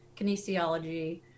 kinesiology